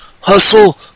Hustle